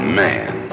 man